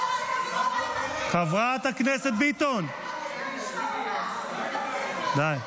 --- חברת הכנסת ביטון, די.